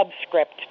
subscript